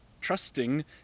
trusting